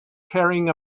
carrying